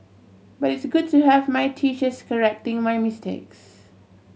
but it's good to have my teachers correcting my mistakes